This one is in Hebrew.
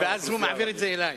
ואז הוא מעביר את זה אלי.